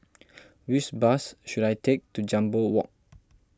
which bus should I take to Jambol Walk